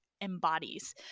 embodies